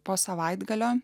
po savaitgalio